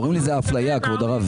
קוראים לזה אפליה, כבוד הרב.